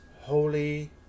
holy